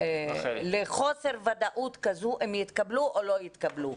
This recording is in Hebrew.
לחוסר ודאות כזה, אם יתקבלו או לא יתקבלו.